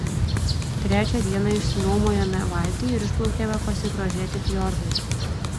trečią dieną išsinuomojome valtį ir išplaukėme pasigrožėti fjordais